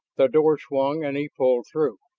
the door swung and he pulled through.